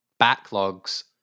backlogs